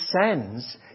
sends